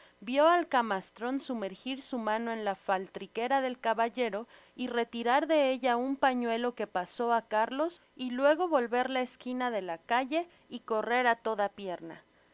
vió al camastron sumergir su mano en la faltriquera del caballero y retirar de ella un pañuelo que pasó á cárlos y luego volver la esquina de la calle y correr á toda pierna